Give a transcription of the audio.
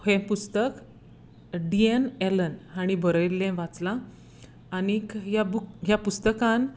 हें पुस्तक Dean Allen हांणी बरयल्लें वाचलां आनी ह्या बूक ह्या पुस्तकान